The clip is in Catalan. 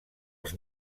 els